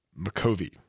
McCovey